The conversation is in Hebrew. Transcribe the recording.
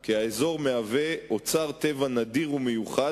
כי האזור מהווה אוצר טבע נדיר ומיוחד,